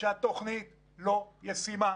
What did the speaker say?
שהתוכנית לא ישימה.